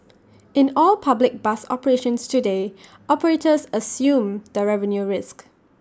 in all public bus operations today operators assume the revenue risk